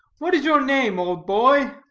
what is your name, old boy?